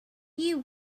you